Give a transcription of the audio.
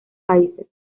países